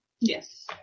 Yes